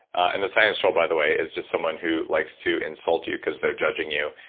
and a science troll by the way is just someone who likes to insult you because they're judging you,